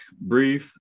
breathe